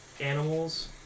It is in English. animals